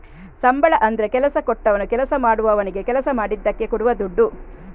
ಸಂಬಳ ಅಂದ್ರೆ ಕೆಲಸ ಕೊಟ್ಟವನು ಕೆಲಸ ಮಾಡುವವನಿಗೆ ಕೆಲಸ ಮಾಡಿದ್ದಕ್ಕೆ ಕೊಡುವ ದುಡ್ಡು